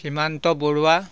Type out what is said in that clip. Simanta Barua